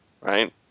right